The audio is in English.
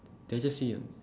did I just say your n~